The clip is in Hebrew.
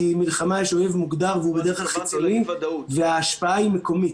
כי במלחמה יש אויב מוגדר והוא בדרך כלל חיצוני וההשפעה היא מקומית.